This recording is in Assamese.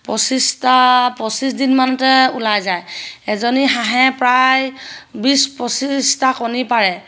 পঁচিছটা পঁচিছ দিনমানতে ওলাই যায় এজনী হাঁহে প্ৰায় বিছ পঁচিছটা কণী পাৰে